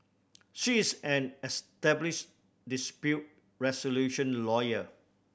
she's an established dispute resolution lawyer